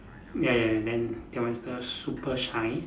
ya ya ya then that one is super shine